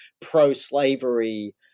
pro-slavery